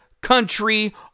country